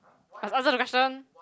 must answer the question